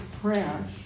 prayer